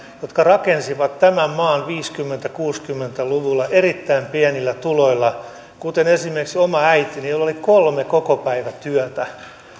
jotka rakensivat tämän maan viisikymmentä viiva kuusikymmentä luvulla erittäin pienillä tuloilla kuten esimerkiksi oma äitini jolla oli kolme kokopäivätyötä